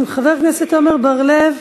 חבר הכנסת עמר בר-לב.